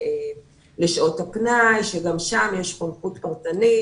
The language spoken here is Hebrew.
לשעות הפנאי כאר גם שם יש חונכות פרטנית